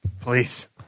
Please